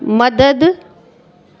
मदद